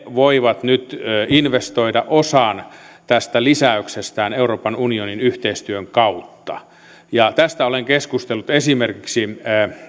voivat nyt investoida osan tästä lisäyksestään euroopan unionin yhteistyön kautta tästä olen keskustellut esimerkiksi